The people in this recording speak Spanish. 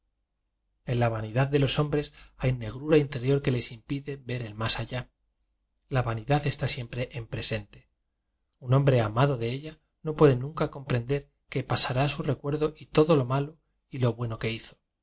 en la vanidad de los hombres hay negru ra interior que les impide ver el más allá la vanidad está siempre en presente un hom bre amado de ella no puede nunca compren der que pasará su recuerdo y todo lo malo o lo bueno que hizo y